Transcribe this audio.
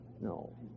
No